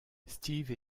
steve